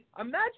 imagine